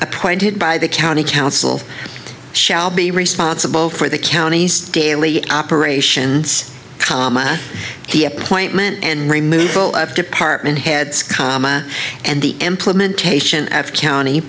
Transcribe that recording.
appointed by the county council shall be responsible for the county's daily operations comma the appointment and removal of department heads comma and the implementation after county